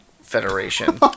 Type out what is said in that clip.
federation